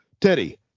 Teddy